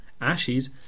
Ashes